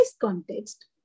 context